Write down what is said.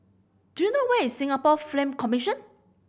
do you know where is Singapore Film Commission